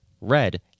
red